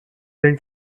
then